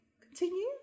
continue